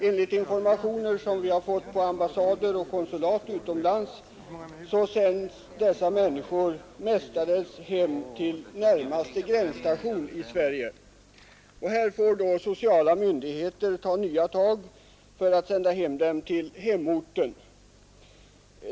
Enligt informationer som vi fått på ambassader och konsulat utomlands sänds dessa människor mestadels hem till närmaste gränsstation i Sverige. Här får då sociala myndigheter ta nya tag för att sända dem vidare till hemorten.